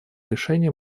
решение